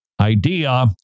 Idea